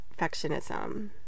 perfectionism